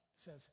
says